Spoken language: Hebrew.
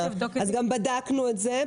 אז גם בדקנו את זה,